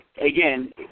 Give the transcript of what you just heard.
again